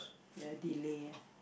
ya delay